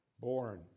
born